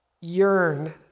yearn